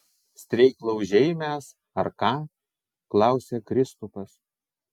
streiklaužiai mes ar ką klausia kristupas